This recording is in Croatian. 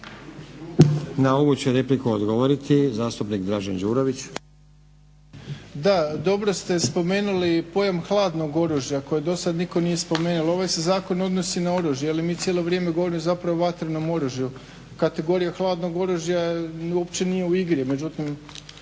Na ovu će repliku odgovoriti zastupnik Dražen Đurović. **Đurović, Dražen (HDSSB)** Da, dobro ste spomenuli i pojam hladnog oružja koje do sada nije spomenuo, jer ovaj zakon se odnosi na oružje jeli. Mi cijelo vrijeme zapravo govorimo o vatrenom oružju. Kategorija hladnog oružja uopće nije u igri, međutim